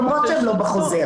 למרות שהם לא בחוזר,